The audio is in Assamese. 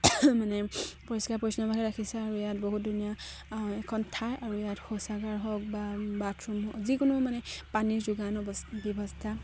মানে পৰিষ্কাৰ পৰিচ্ছন্নভাৱে ৰাখিছে আৰু ইয়াত বহুত ধুনীয়া এখন ঠাই আৰু ইয়াত শৌচাগাৰ হওক বা বাথৰুম হওক যিকোনো মানে পানীৰ যোগান অৱস্থা ব্যৱস্থা